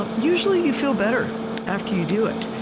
um usually you feel better after you do it.